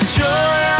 joy